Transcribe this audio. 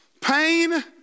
pain